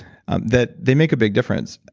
that they make a big difference.